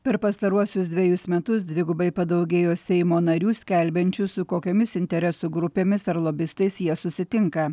per pastaruosius dvejus metus dvigubai padaugėjo seimo narių skelbiančių su kokiomis interesų grupėmis ar lobistais jie susitinka